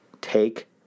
Take